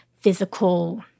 physical